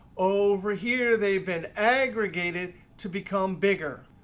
over here, they've been aggregated to become bigger.